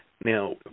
Now